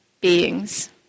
beings